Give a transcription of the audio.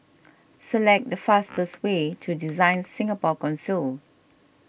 select the fastest way to Design Singapore Council